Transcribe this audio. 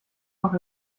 noch